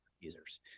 users